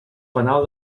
penal